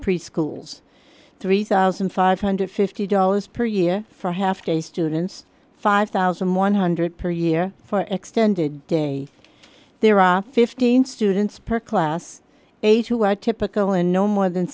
preschools three thousand five hundred and fifty dollars per year for half day students five thousand one hundred dollars per year for extended day there are fifteen students per class eight who are typical and no more than